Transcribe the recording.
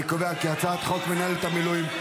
אני קובע כי הצעת חוק מינהלת המילואים,